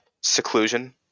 seclusion